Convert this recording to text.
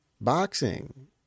boxing